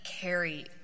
carry